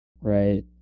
Right